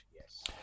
Yes